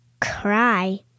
Cry